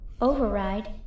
override